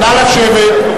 נא לשבת.